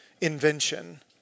invention